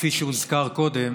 כפי שהוזכר קודם